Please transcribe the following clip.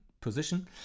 position